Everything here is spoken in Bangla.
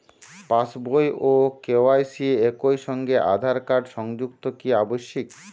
পাশ বই ও কে.ওয়াই.সি একই সঙ্গে আঁধার কার্ড সংযুক্ত কি আবশিক?